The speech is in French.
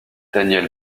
daniel